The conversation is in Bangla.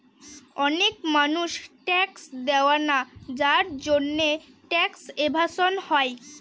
অনেক মানুষ ট্যাক্স দেয়না যার জন্যে ট্যাক্স এভাসন হয়